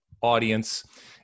audience